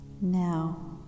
Now